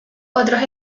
otros